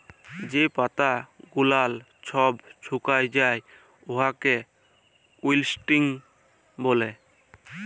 যে পাতা গুলাল ছব ছুকাঁয় যায় উয়াকে উইল্টিং ব্যলে